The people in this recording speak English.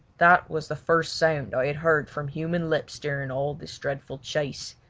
that was the first sound i had heard from human lips during all this dreadful chase,